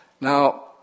Now